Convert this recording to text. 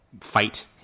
fight